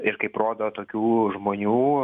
ir kaip rodo tokių žmonių